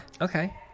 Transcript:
Okay